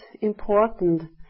important